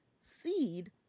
seed